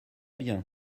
bien